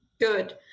good